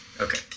Okay